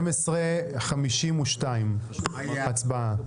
12:52 הצבעה.